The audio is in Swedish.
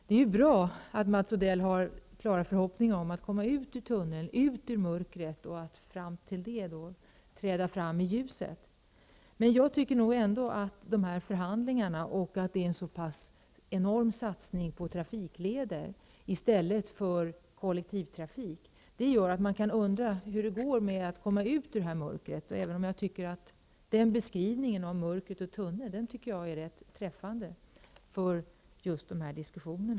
Det är bra att Mats Odell har klara förhoppningar om att komma ut ur den mörka tunneln och träda fram i ljuset. Med tanke på att det är fråga om en så pass enorm satsning på trafikleder i stället för kollektivtrafik kan man undra hur det går att komma ut ur denna mörka tunnel i förhandlingarna. Beskrivningen av mörkret och tunneln är rätt träffande för dessa diskussioner.